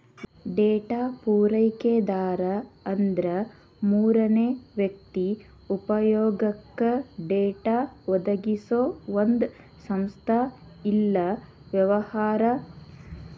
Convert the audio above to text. data ಪೂರೈಕೆದಾರ ಅಂದ್ರ ಮೂರನೇ ವ್ಯಕ್ತಿ ಉಪಯೊಗಕ್ಕ ಡೇಟಾ ಒದಗಿಸೊ ಒಂದ್ ಸಂಸ್ಥಾ ಇಲ್ಲಾ ವ್ಯವಹಾರ